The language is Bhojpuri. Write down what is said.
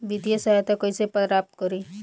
वित्तीय सहायता कइसे प्राप्त करी?